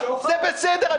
זה בסדר.